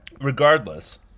Regardless